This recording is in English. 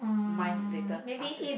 mine later after